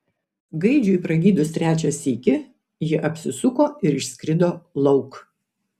gaidžiui pragydus trečią sykį ji apsisuko ir išskrido lauk